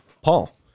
Paul